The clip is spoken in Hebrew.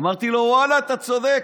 אמרתי לו: ואללה, אתה צודק.